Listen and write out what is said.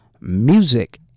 music